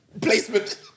placement